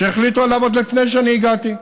שהחליטו עליו עוד לפני שאני הגעתי.